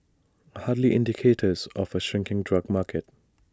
hardly indicators of A shrinking drug market